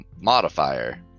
modifier